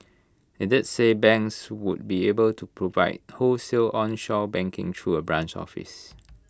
IT did say banks would be able to provide wholesale onshore banking through A branch office